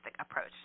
Approach